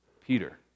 Peter